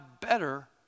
better